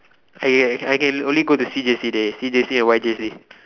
I I can only go to C_J_C dey C_J_C and Y_J_C